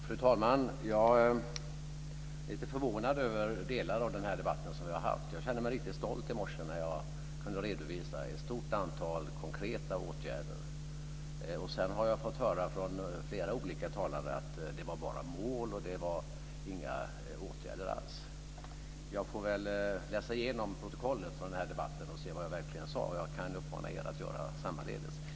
Fru talman! Jag är lite förvånad över delar av den debatt som vi har haft. Jag kände mig riktigt stolt i morse när jag kunde redovisa ett stort antal konkreta åtgärder. Sedan har jag fått höra från flera olika talare att det bara var mål. Det var inga åtgärder alls. Jag får väl läsa igenom protokollet från den här debatten och se vad jag verkligen sade. Jag kan uppmana er att göra sammaledes.